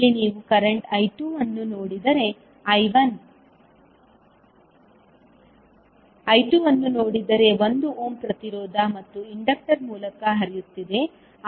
ಇಲ್ಲಿ ನೀವು current I2 ಅನ್ನು ನೋಡಿದರೆ 1 ಓಮ್ ಪ್ರತಿರೋಧ ಮತ್ತು ಇಂಡಕ್ಟರ್ ಮೂಲಕ ಹರಿಯುತ್ತಿದೆ